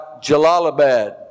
Jalalabad